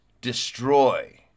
Destroy